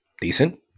Decent